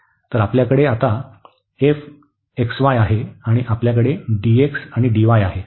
तर आपल्याकडे आता f x y आहे आणि आपल्याकडे dx आणि dy आहे